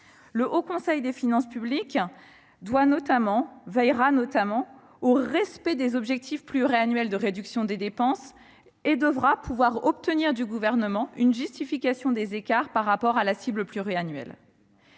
le Parlement. Il veillera notamment au respect des objectifs pluriannuels de réduction des dépenses et devra pouvoir obtenir du Gouvernement une justification des écarts observés par rapport à la cible pluriannuelle.